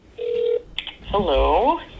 Hello